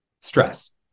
stress